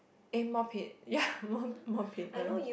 eh more pain ya more more painless